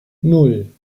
nan